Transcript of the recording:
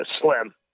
slim